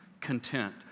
content